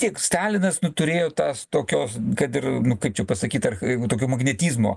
tik stalinas nu turėjo tas tokios kad ir nu kaip čia pasakyt ar jeigu tokio magnetizmo